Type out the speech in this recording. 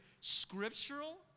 scriptural